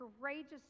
courageous